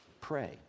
pray